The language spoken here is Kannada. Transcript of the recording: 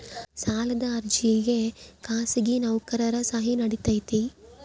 ಸಾಲದ ಅರ್ಜಿಗೆ ಖಾಸಗಿ ನೌಕರರ ಸಹಿ ನಡಿತೈತಿ?